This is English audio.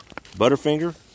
Butterfinger